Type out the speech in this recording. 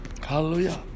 Hallelujah